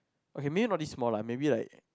okay maybe not this small lah maybe like